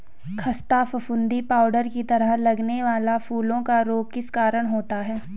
खस्ता फफूंदी पाउडर की तरह लगने वाला फूलों का रोग किस कारण होता है?